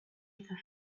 little